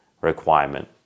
requirement